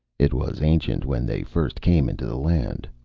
it was ancient when they first came into the land.